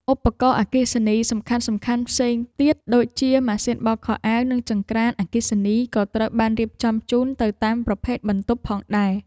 ឧបករណ៍អគ្គិសនីសំខាន់ៗផ្សេងទៀតដូចជាម៉ាស៊ីនបោកខោអាវនិងចង្ក្រានអគ្គិសនីក៏ត្រូវបានរៀបចំជូនទៅតាមប្រភេទបន្ទប់ផងដែរ។